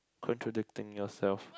contradicting yourself